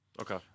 okay